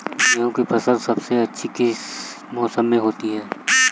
गेंहू की फसल सबसे अच्छी किस मौसम में होती है?